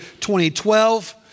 2012